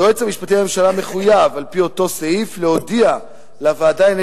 היועץ המשפטי לממשלה מחויב על-פי אותו סעיף להודיע לוועדה לענייני